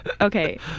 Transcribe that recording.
Okay